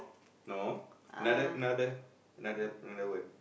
no another another another another word